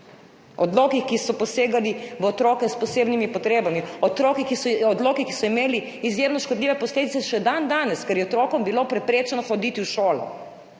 odloki, ki so posegali v otroke s posebnimi potrebami, odloki, ki so imeli izjemno škodljive posledice, še dandanes, ker je bilo otrokom preprečeno hoditi v šolo,